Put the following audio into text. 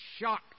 shock